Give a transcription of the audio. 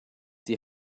die